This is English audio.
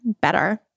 better